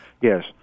Yes